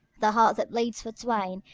the heart that bleeds for twain,